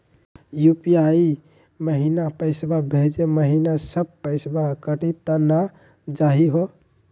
UPI महिना पैसवा भेजै महिना सब पैसवा कटी त नै जाही हो?